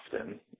often